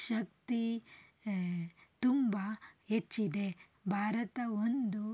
ಶಕ್ತಿ ತುಂಬಾ ಹೆಚ್ಚಿದೆ ಭಾರತ ಒಂದು